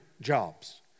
jobs